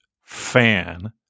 fan